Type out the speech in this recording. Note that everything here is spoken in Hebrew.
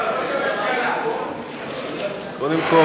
קודם כול,